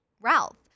Ralph